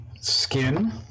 skin